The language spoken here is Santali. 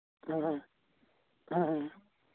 ᱦᱮᱸ ᱦᱮᱸ